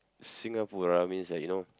Singapura means like you know